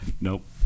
Nope